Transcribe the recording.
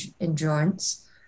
endurance